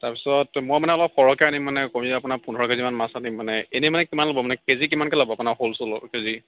তাৰ পিছত মই মানে অলপ সৰহকৈ আনিম মানে কমেও আপোনাৰ পোন্ধৰ কেজিমান মাছ আনিম মানে এনেই মানে কিমান ল'ব মানে কেজি কিমানকৈ ল'ব আপোনাৰ শ'ল চ'লৰ কেজি